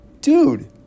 dude